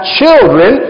children